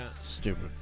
Stupid